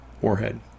warhead